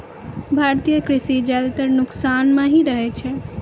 भारतीय कृषि ज्यादातर नुकसान मॅ ही रहै छै